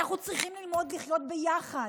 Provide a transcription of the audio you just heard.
אנחנו צריכים ללמוד לחיות ביחד.